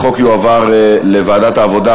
החוק יועבר לוועדת העבודה,